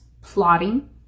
plotting